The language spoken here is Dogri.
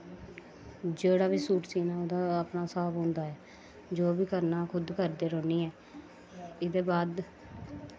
जेह्ड़ा बी सूट सीना होंदा अपना स्हाब होंदा ऐ जो बी करना खुद करदी रौंह्नी ऐं एह्दे बाद